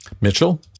Mitchell